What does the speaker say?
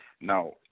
now